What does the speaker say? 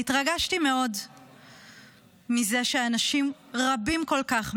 והתרגשתי מאוד מזה שאנשים רבים כל כך,